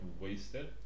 wasted